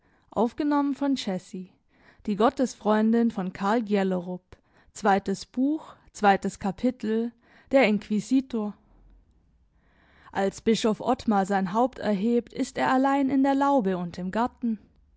kapitel als bischof ottmar sein haupt erhebt ist er allein in der laube und im garten